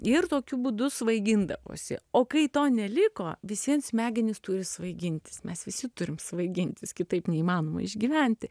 ir tokiu būdu svaigindavosi o kai to neliko vis vien smegenys turi svaigintis mes visi turim svaigintis kitaip neįmanoma išgyventi